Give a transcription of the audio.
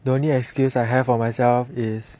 the only excuse I have for myself is